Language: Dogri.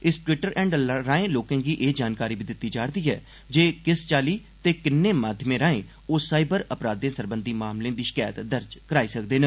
इस ट्वीटर हैंडल राएं लोकें गी एह् जानकारी बी दित्ती जा'रदी ऐ ते किस चाली ते किने माध्यमें राएं ओह साइबर अपराधे सरबंधी मामलें दी षकैंत दर्ज कराई सकदे न